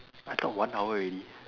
I thought one hour already